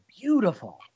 beautiful